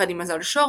יחד עם מזל שור,